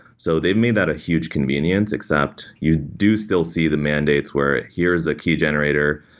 so they've made that a huge convenience except you do still see the mandates where here's a key generator.